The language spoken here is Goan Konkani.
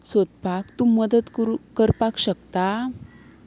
सोदपाक तूं मदत करूंक करपाक शकता